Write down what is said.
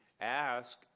ask